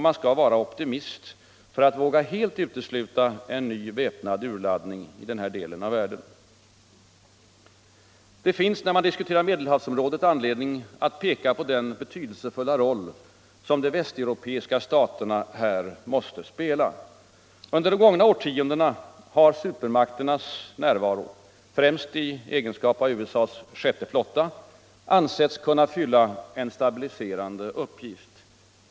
Man skall vara optimist för att våga helt utesluta en ny väpnad urladdning i denna del av världen. Det finns - när man diskuterar Medelhavsområdet — anledning att peka på den betydelsefulla roll som de västeuropeiska staterna här måste spela. Under de gångna årtiondena har supermakternas närvaro, främst genom USA:s sjätte flotta, ansetts kunna fylla en stabiliserande uppgift.